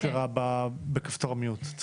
לרעה בכפתור ה-מיוט.